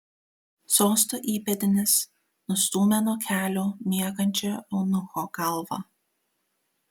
sosto įpėdinis nustūmė nuo kelių miegančio eunucho galvą